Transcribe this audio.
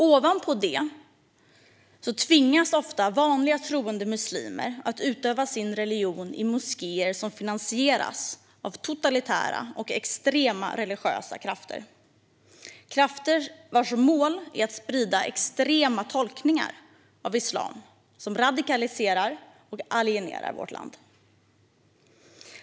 Ovanpå det tvingas ofta vanliga troende muslimer att utöva sin religion i moskéer som finansieras av totalitära och extrema religiösa krafter, krafter vars mål är att sprida extrema tolkningar av islam som radikaliserar och alienerar i vårt land.